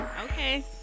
Okay